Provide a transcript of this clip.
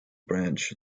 branch